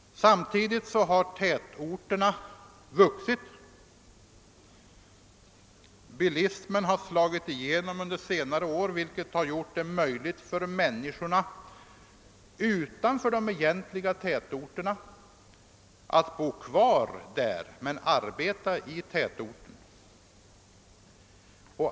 Samtidigt har tätorterna vuxit. Bilismen har slagit igenom, vilket gjort det möjligt för människor utanför den egentliga tätortskärnan att bo kvar där men arbeta i tätorten.